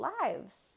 lives